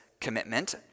commitment